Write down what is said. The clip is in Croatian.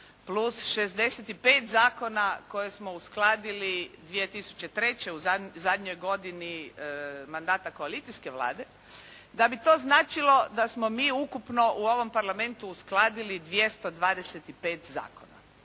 plus 65 zakona koje smo uskladili 2003. u zadnjoj godini mandata koalicijske Vlade, da bi to značilo da smo mi ukupno u ovom Parlamentu uskladili 225 zakona.